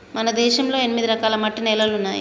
మన దేశంలో ఎనిమిది రకాల మట్టి నేలలున్నాయి